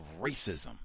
racism